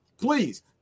Please